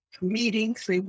meetings